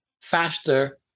faster